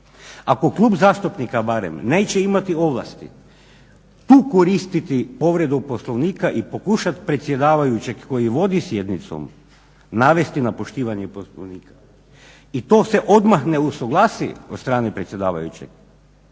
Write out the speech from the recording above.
Ako klub zastupnika barem neće imati ovlasti pukuristiti povredu Poslovnika i pokušat predsjedavajućeg koji vodi sjednicom navesti na poštivanje Poslovnika i to se odmah ne usuglasi od strane predsjedavajućeg